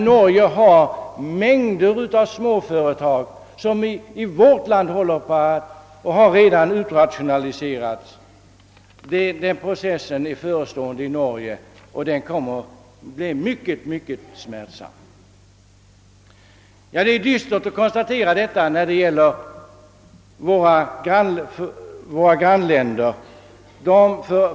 Norge har mängder av småföretag av den typ som i vårt land håller på att utrationaliseras. Den processen är förestående i Norge och kommer att bli mycket smärtsam. Det är dystert att konstatera detta när det gäller våra grannländer.